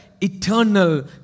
eternal